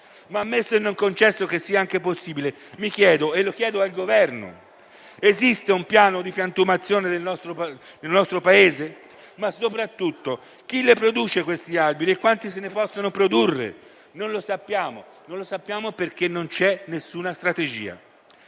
Ma ammesso - e non concesso - che sia anche possibile, mi chiedo - e lo chiedo al Governo - se esiste un piano di piantumazione nel nostro Paese. Ma soprattutto, chi produce questi alberi e quanti se ne possono produrre? Non lo sappiamo, perché non c'è alcuna strategia.